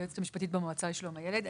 היועצת המשפטית במועצה לשלום הילד.